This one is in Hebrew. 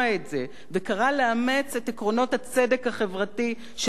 וקרא לאמץ את עקרונות הצדק החברתי של התנ"ך